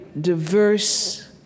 diverse